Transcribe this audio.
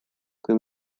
kui